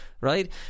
right